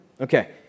Okay